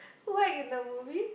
who act in the movie